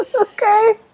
Okay